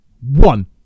One